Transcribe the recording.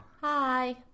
Hi